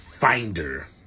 finder